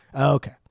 Okay